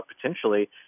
potentially